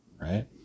Right